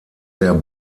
der